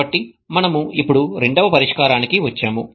కాబట్టి మనము ఇప్పుడు రెండవ పరిష్కారానికి వచ్చాము